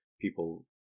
people